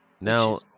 Now